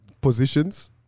positions